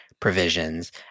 Provisions